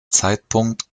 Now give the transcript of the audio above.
zeitpunkt